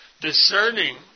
discerning